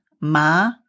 ma